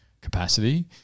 capacity